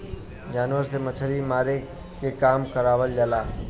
जानवर से मछरी मारे के काम करावल जाला